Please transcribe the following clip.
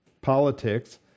politics